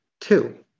two